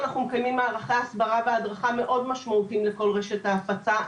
אנחנו מקיימים מערכי הסברה והדרכה מאוד משמעותיים לכל רשת ההפצה,